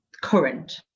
current